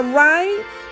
right